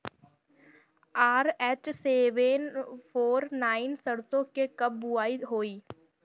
RH seven four nine सरसो के कब बुआई होई?